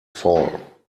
fall